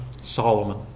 Solomon